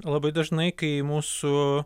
labai dažnai kai mūsų